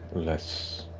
less